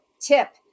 tip